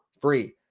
free